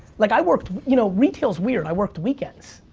like, i worked, you know, retail's weird, i worked weekends.